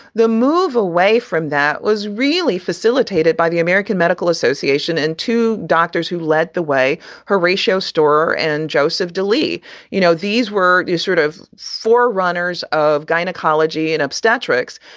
the move away from that was really facilitated by the american medical association and two doctors who led the way horatio store and joseph darlie. you know, these were sort of forerunners of gynecology and obstetrics.